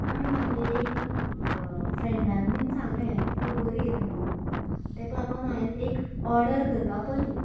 आणी म्हागे एक फ्रेंन्डान बीन सांगले ती बरी येत म्हण तेक लागून हांवेन एक ऑर्डर करपा पयली